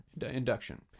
induction